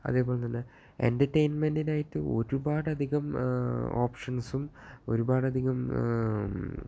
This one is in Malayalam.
അതേപോലെ തന്നെ എന്റെര്ടെയിന്മെന്റ്റിന് ആയിട്ട് ഒരുപാടധികം ഓപ്ഷന്സും ഒരുപാടധികം